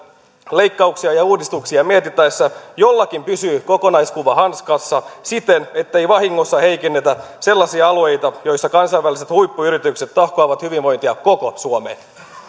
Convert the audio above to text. leikkauksia ja uudistuksia mietittäessä jollakin pysyy kokonaiskuva hanskassa siten ettei vahingossa heikennetä sellaisia alueita joilla kansainväliset huippuyritykset tahkoavat hyvinvointia koko suomeen